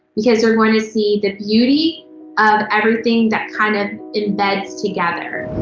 because they're going to see the beauty of everything that kind of embeds together.